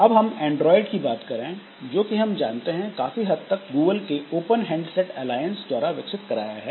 अब हम एंड्रॉयड की बात करें जो कि हम जानते हैं काफी हद तक गूगल ने ओपन हैंडसेट अलायंस द्वारा विकसित कराया है